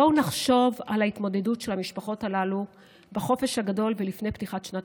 בואו נחשוב על ההתמודדות של המשפחות הללו בחופש הגדול ולפני פתיחת שנת